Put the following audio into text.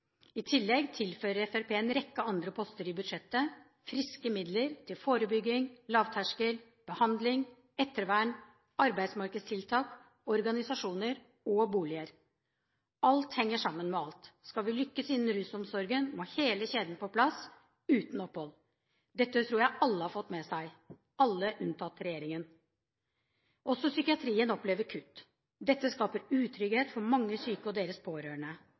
I tillegg tilfører Fremskrittspartiet en rekke andre poster i budsjettet: friske midler til forebygging, lavterskeltilbud, behandling, ettervern, arbeidsmarkedstiltak, organisasjoner og boliger. Alt henger sammen med alt. Skal vi lykkes innen rusomsorgen, må hele kjeden på plass, uten opphold. Dette tror jeg alle har fått med seg – alle unntatt regjeringen. Også psykiatrien opplever kutt. Dette skaper utrygghet for mange syke og deres pårørende.